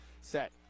Set